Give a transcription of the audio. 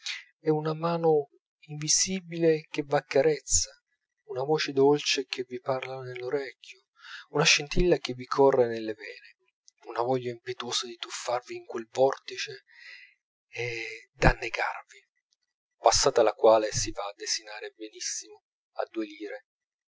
è una mano invisibile che v'accarezza una voce dolce che vi parla nell'orecchio una scintilla che vi corre nelle vene una voglia impetuosa di tuffarvi in quel vortice e d'annegarvi passata la quale si va a desinare benissimo a due lire